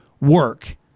work